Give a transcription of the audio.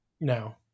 No